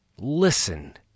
listen